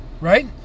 right